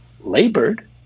labored